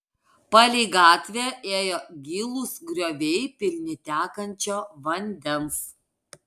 palei gatvę ėjo gilūs grioviai pilni tekančio vandens